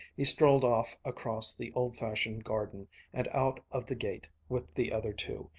he strolled off across the old-fashioned garden and out of the gate with the other two,